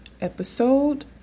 Episode